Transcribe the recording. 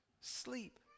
Sleep